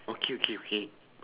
okay okay okay